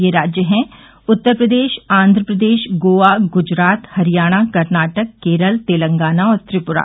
ये राज्य हैं उत्तर प्रदेश आंध्र प्रदेश गोवा गुजरात हरियाणा कर्नाटक केरल तेलगाना और त्रिपुरा